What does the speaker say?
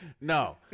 No